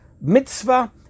Mitzvah